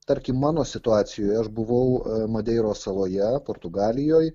tarkim mano situacijoj aš buvau madeiros saloje portugalijoj